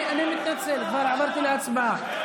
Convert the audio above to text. אבל, אני מתנצל, כבר עברתי להצבעה.